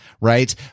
right